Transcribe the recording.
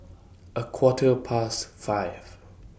A Quarter Past five